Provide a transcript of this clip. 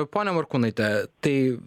ponia morkūnaite tai